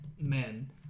men